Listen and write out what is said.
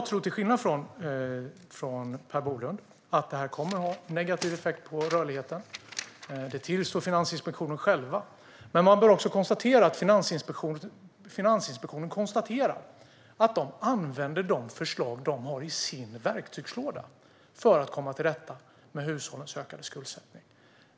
Till skillnad från Per Bolund tror jag att det här kommer att få negativ effekt på rörligheten. Det tillstår Finansinspektionen själv. Men Finansinspektionen konstaterar också att man använder de förslag som man har i sin verktygslåda för att komma till rätta med hushållens ökade skuldsättning.